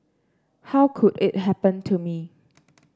how could it happen to me